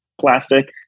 plastic